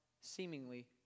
seemingly